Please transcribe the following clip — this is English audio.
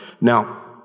Now